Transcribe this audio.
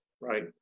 Right